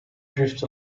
drift